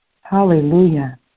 Hallelujah